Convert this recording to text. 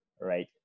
right